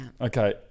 Okay